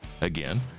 Again